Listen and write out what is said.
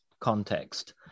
context